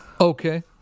Okay